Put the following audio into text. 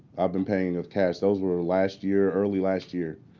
i've been paying with cash. those were last year early last year.